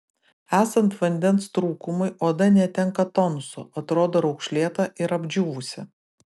esant vandens trūkumui oda netenka tonuso atrodo raukšlėta ir apdžiūvusi